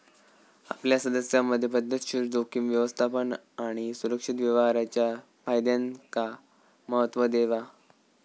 आपल्या सदस्यांमधे पध्दतशीर जोखीम व्यवस्थापन आणि सुरक्षित व्यवहाराच्या फायद्यांका महत्त्व देवा